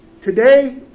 today